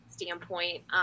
standpoint